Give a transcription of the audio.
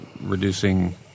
reducing